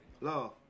Love